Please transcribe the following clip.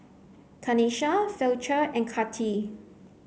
Kenisha Fletcher and Kati